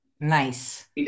Nice